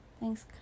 Thanks